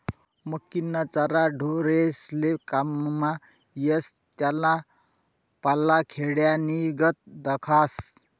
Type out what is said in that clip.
मक्कीना चारा ढोरेस्ले काममा येस त्याना पाला खोंड्यानीगत दखास